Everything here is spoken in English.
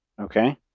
Okay